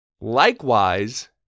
Likewise